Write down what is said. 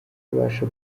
kubasha